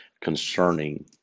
concerning